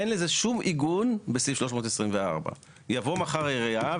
אין לזה שום עיגון בסעיף 324. יבואו מחר העירייה,